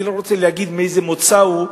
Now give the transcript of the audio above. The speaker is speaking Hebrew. אני לא רוצה להגיד מאיזה מוצא הוא,